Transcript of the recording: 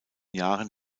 jahren